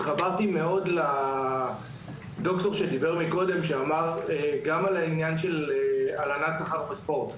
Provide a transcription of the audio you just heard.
התחברתי מאוד לדבריו של הדוקטור קודם לגבי עניין הלנת שכר בספורט.